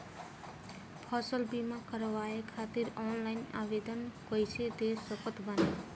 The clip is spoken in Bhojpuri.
फसल बीमा करवाए खातिर ऑनलाइन आवेदन कइसे दे सकत बानी?